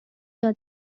یاد